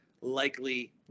likely